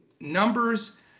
numbers